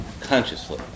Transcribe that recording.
consciously